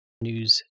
news